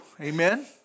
Amen